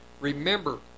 Remember